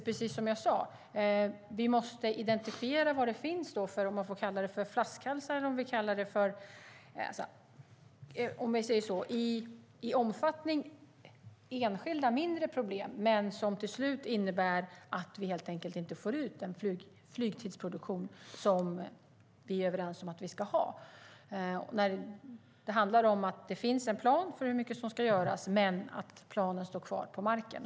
Precis som jag sade måste vi identifiera vilka flaskhalsar - om vi kallar dem så - som finns i omfattningen enskilda mindre problem, men som till slut innebär att vi helt enkelt inte får ut den flygtidsproduktion som vi är överens om att vi ska ha. Det handlar om att det finns en plan för hur mycket som ska göras, men planen står kvar på marken.